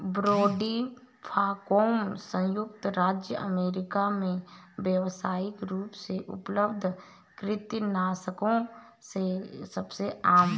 brodifacoum संयुक्त राज्य America में व्यावसायिक रूप से उपलब्ध कृंतकनाशकों में सबसे आम है